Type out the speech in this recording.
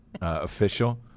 official